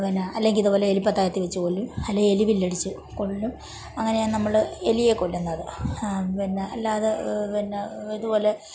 പിന്നെ അല്ലെങ്കിൽ ഇതുപോലെ എലിപ്പത്തായത്തിൽ വെച്ച് കൊല്ലും അല്ലെങ്കിൽ എലി വില്ലടിച്ച് കൊല്ലും അങ്ങനെയാണ് നമ്മൾ എലിയെ കൊല്ലുന്നത് പിന്നെ അല്ലാതെ പിന്നെ ഇതുപോലെ